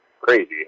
crazy